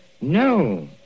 No